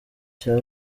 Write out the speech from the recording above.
cya